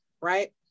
right